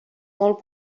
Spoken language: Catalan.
molt